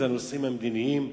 אלה הנושאים המדיניים,